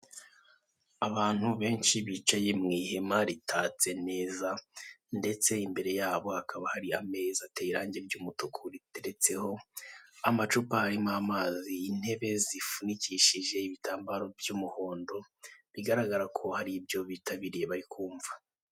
Abantu benshi bicaye mu ihema ritatse neza ndetse imbere yabo hakaba hari ameza ateye irangi ry'umutuku riteretseho amacupa arimo amazi, intebe zifunikishije ibitambaro by'umuhondo, bigaragara ko hari ibyo bitabiriye bari kumva.